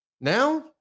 Now